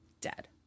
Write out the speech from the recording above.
dead